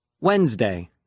Wednesday